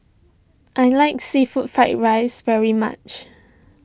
I like Seafood Fried Rice very much